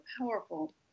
powerful